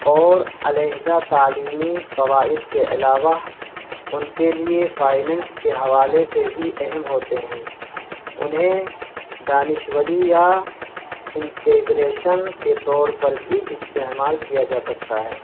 اور علیحدہ تعلیمی فوائد کے علاوہ ان کے لیے فائینینس کے حوالے سے بھی اہم ہوتے ہیں انہیں دانشوری یا انٹیگریشن کے طور پر بھی استعمال کیا جا سکتا ہے